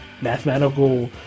mathematical